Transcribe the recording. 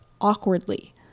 awkwardly